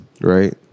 Right